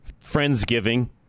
Friendsgiving